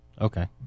Okay